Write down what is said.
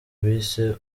bise